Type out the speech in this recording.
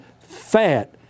fat